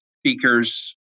speakers